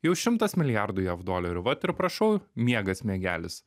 jau šimtas milijardų jav dolerių vat ir prašau miegas miegelis